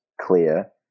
clear